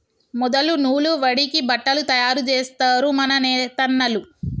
మొదలు నూలు వడికి బట్టలు తయారు జేస్తరు మన నేతన్నలు